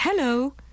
hello